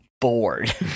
bored